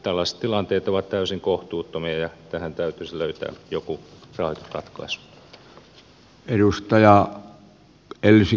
tällaiset tilanteet ovat täysin kohtuuttomia ja tähän täytyisi löytää joku rahoitusratkaisu